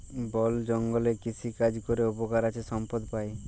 বল জঙ্গলে কৃষিকাজ ক্যরে উপকার আছে সম্পদ পাই